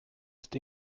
ist